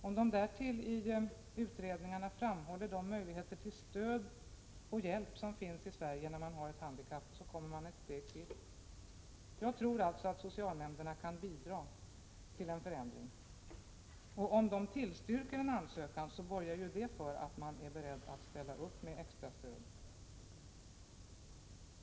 Om de därtill i utredningarna framhåller de möjligheter till stöd och hjälp som finns i Sverige när det gäller personer som har ett handikapp, kommer man ett steg till. Jag tror alltså att socialnämnderna kan bidra till en förändring. Om de tillstyrker en ansökan, borgar ju detta för att man är beredd att ställa upp med extra stöd.